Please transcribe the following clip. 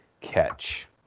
catch